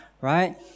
right